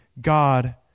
God